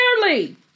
clearly